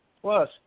Plus